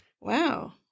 Wow